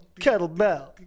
kettlebell